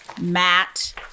matt